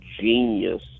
genius